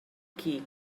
qui